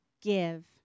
give